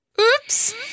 Oops